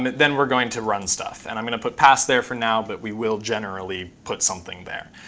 then we're going to run stuff. and i'm going to put pass there for now, but we will generally put something there.